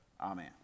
Amen